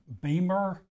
Beamer